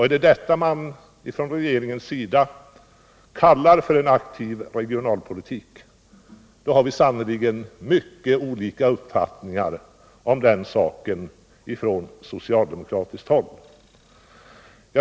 Är det detta regeringen kallar en aktiv regionalpolitik, då har vi sannerligen mycket olika uppfattningar om den saken.